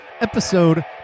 episode